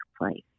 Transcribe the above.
place